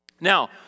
Now